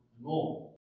more